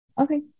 Okay